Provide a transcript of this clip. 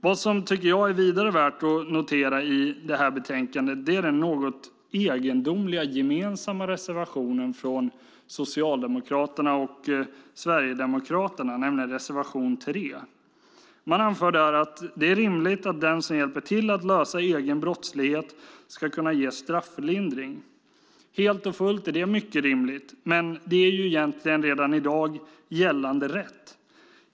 Något som jag dessutom tycker är värt att notera i det här betänkandet är den något egendomliga gemensamma reservationen från Socialdemokraterna och Sverigedemokraterna, nämligen reservation 3. Man anför där att det är rimligt att den som hjälper till att lösa egen brottslighet ska kunna ges strafflindring. Det är mycket rimligt, men det är egentligen redan i dag gällande rätt.